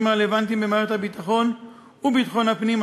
הרלוונטיים במערכת הביטחון וביטחון הפנים,